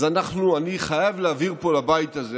אז אני חייב להעביר פה לבית הזה